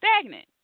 stagnant